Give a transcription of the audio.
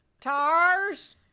Tars